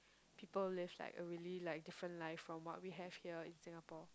people live like a really like different life from what we have here in Singapore